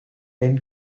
then